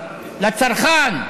לצרכן,